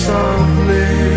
Softly